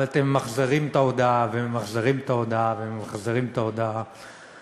אבל אתם ממחזרים את ההודעה וממחזרים את ההודעה וממחזרים את ההודעה.